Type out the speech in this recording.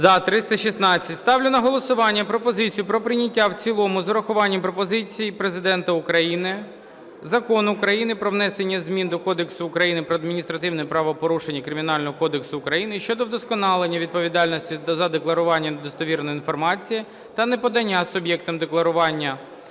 За-316 Ставлю на голосування пропозицію про прийняття в цілому з урахуванням пропозицій Президента України Закон України "Про внесення змін до Кодексу України про адміністративні правопорушення, Кримінального кодексу України щодо вдосконалення відповідальності за декларування недостовірної інформації та неподання суб'єктом декларування